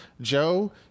Joe